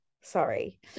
sorry